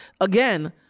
again